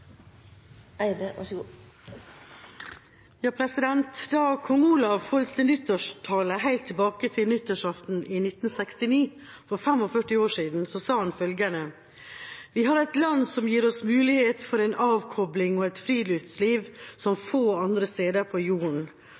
Da kong Olav holdt sin nyttårstale, helt tilbake til nyttårsaften i 1969, for 45 år siden, sa han følgende: «Vi har et land som gir oss muligheter for en avkobling og et friluftsliv som få andre steder på jorden.